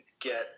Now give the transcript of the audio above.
get